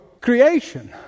creation